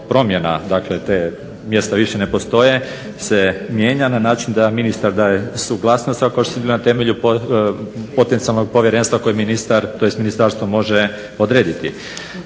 promjena dakle ta mjesta više ne postoje, se mijenja na način da ministar daje suglasnost …/Ne razumije se./… na temelju potencijalnog povjerenstva koje ministar tj. ministarstvo može odrediti.